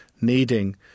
needing